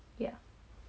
ya